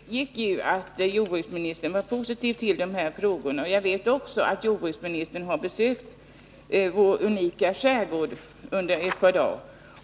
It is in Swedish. Herr talman! Av svaret framgick att jordbruksministern var positiv till dessa frågor. Jag vet också att jordbruksministern har besökt vår unika skärgård under ett par dagar,